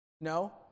No